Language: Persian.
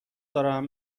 دارم